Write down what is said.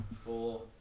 four